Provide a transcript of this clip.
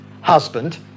husband